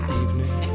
evening